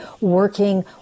working